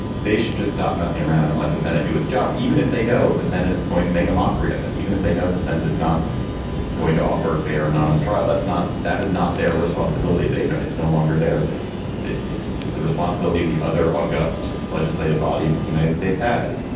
they should just stop messing around and let the senate do its job, even if they know the senate is going to make a mockery of it, even if they know the senate is not going to offer a fair and honest trial. that's not that is not their responsibility. they know it's no longer there it's the responsibility of the other august legislative body that the united states has.